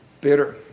bitter